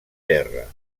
terra